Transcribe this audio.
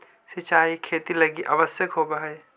सिंचाई खेती लगी आवश्यक होवऽ हइ